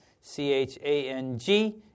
c-h-a-n-g